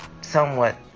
somewhat